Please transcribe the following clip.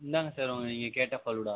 இந்தாங்க சார் நீங்கள் கேட்ட ஃபலூடா